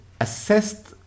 assessed